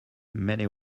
many